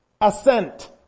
assent